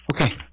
Okay